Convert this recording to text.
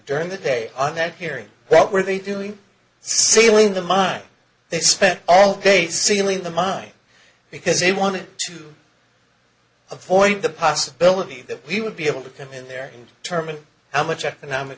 during the day and that hearing what were they doing sealing the mine they spent all day seemingly the mine because they wanted to avoid the possibility that we would be able to come in their term how much economic